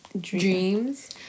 dreams